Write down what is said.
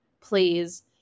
please